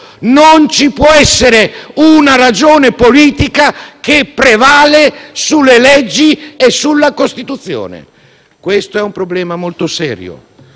non ci può essere una ragione politica che prevale sulle leggi e sulla Costituzione. Questo è un problema molto serio,